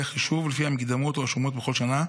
החישוב לפי המקדמות או השומות בכל שנה,